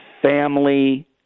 family